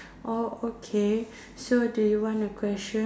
oh okay so do you want a question